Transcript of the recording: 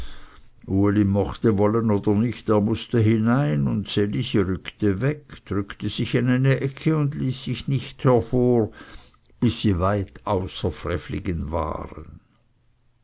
mochte wollen oder nicht er mußte hinein und ds elisi ruckte weg drückte sich in eine ecke und ließ sich nicht hervor bis sie weit außer frevligen waren